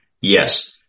Yes